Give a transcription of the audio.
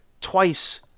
twice